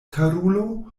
karulo